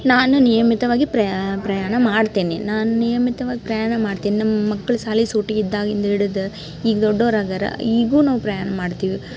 ನಾನು ನಿಯಮಿತವಾಗಿ ಪ್ರಯಾಣ ಮಾಡ್ತೇನೆ ನಾನು ನಿಯಮಿತವಾಗಿ ಪ್ರಯಾಣ ಮಾಡ್ತೀನಿ ನಮ್ಮ ಮಕ್ಳ ಶಾಲಿ ಸೂಟಿ ಇದ್ದಾಗಿಂದ ಹಿಡದ ಈಗ ದೊಡ್ಡೋರಾಗ್ಯಾರ ಈಗೂ ನಾವು ಪ್ರಯಾಣ ಮಾಡ್ತೀವಿ